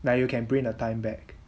like you can bring your time back